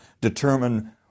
determine